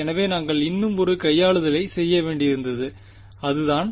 எனவே நாங்கள் இன்னும் ஒரு கையாளுதலைச் செய்ய வேண்டியிருந்தது அதுதான்